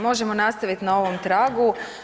Možemo nastaviti na ovom tragu.